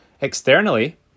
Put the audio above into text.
externally